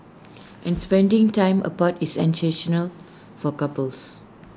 and spending time apart is for couples